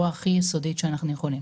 הכי רחב שיכול להיות.